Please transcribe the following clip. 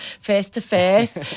face-to-face